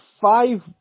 Five